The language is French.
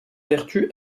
vertu